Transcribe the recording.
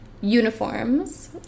Uniforms